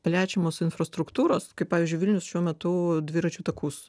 plečiamos infrastruktūros kaip pavyzdžiui vilnius šiuo metu dviračių takus